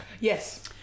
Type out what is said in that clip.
Yes